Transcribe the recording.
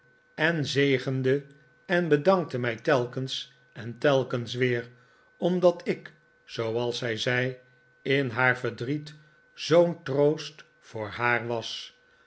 en zegende en bedankte mij telkens en telkens weer omdat ik zooals zij zei in haar verdriet zoo'n troost voor haar was